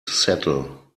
settle